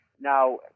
Now